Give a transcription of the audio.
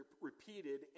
repeated